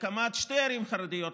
להקמת שתי ערים חרדיות,